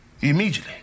Immediately